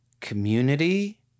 community